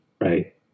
right